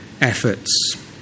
efforts